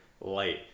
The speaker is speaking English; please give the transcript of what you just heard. light